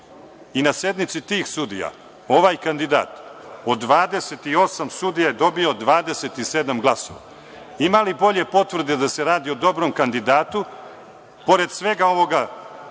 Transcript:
i na sednici tih sudija, ovaj kandidat od 28 sudija je dobio 27 glasova. Ima li bolje potvrde da se radi o dobrom kandidatu, pored svega ovog